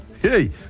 Hey